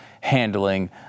handling